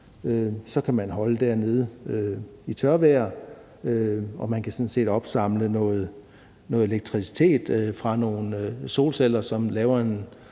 Så kan man holde der i tørvejr, og der kan sådan set opsamles noget elektricitet fra nogle solceller, som laver en